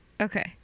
Okay